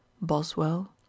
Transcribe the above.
boswell